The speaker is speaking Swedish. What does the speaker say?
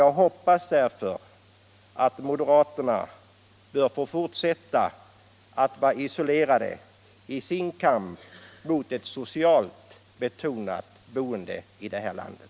Jag hoppas därför att moderaterna får fortsätta att vara isolerade i sin kamp mot ett socialt betonat boende i det här landet.